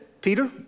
Peter